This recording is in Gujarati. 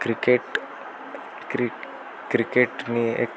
ક્રિકેટ ક્રિક ક્રિકેટની એક